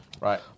Right